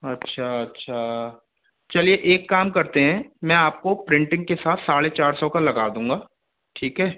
अच्छा अच्छा चलिए एक काम करते हैं मैं आपको प्रिंटिंग के साथ साढ़े चार सौ का लगा दूंगा ठीक है